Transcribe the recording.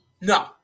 No